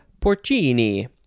porcini